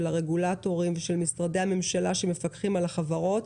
הרגולטורים ושל משרדי הממשלה שמפקחים על החברות,